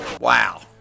Wow